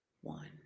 one